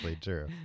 true